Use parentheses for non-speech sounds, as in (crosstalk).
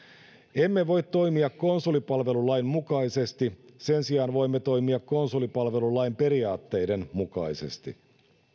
emme voi toimia konsulipalvelulain mukaisesti (unintelligible) sen sijaan voimme toimia konsulipalvelulain periaatteiden mukaisesti